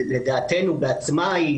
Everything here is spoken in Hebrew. לדעתנו,